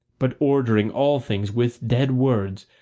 but ordering all things with dead words,